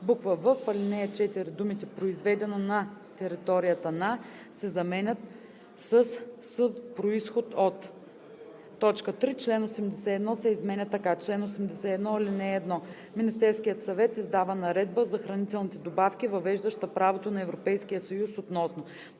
в) в ал. 4 думите „произведена на територията на“ се заменят със „с произход от“. 3. Член 81 се изменя така: „Чл. 81. (1) Министерският съвет издава наредба за хранителните добавки, въвеждаща правото на Европейския съюз относно: